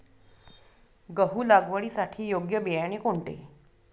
गहू लागवडीसाठी योग्य बियाणे कोणते?